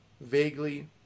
vaguely